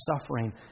suffering